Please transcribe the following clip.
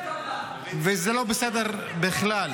וזה לא בסדר בכלל.